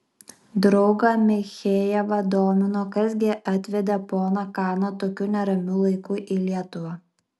draugą michejevą domino kas gi atvedė poną kaną tokiu neramiu laiku į lietuvą